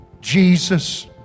Jesus